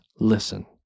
Listen